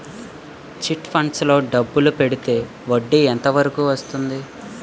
Chit funds లో డబ్బులు పెడితే చేస్తే వడ్డీ ఎంత వరకు వస్తుంది?